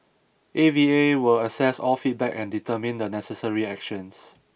A V A will assess all feedback and determine the necessary actions